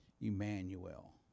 Emmanuel